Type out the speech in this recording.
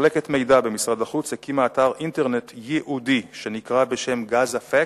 מחלקת המידע במשרד החוץ הקימה אתר אינטרנט ייעודי שנקרא Gaza Facts,